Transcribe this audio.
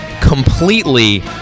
completely